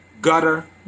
gutter